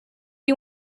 you